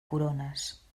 corones